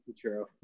true